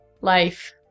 Life